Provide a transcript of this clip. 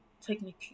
technically